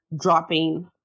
dropping